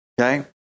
Okay